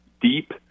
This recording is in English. deep